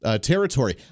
territory